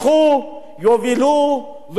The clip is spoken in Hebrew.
יובילו ויעשו,